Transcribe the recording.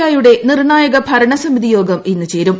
I യുടെ നിർണായക ഭരണസമിതിയോഗം ഇന്ന് ചേരും